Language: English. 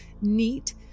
neat